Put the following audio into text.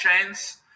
chains